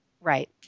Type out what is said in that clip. Right